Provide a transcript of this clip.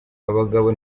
abagabo